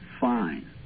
fine